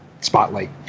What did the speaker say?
spotlight